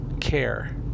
care